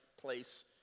place